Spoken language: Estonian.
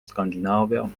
skandinaavia